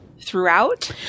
throughout